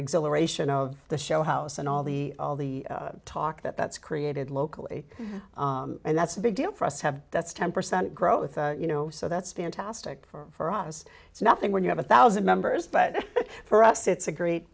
exhilaration of the show house and all the all the talk that that's created locally and that's a big deal for us have that's ten percent growth you know so that's fantastic for us it's nothing when you have a thousand members but for us it's a great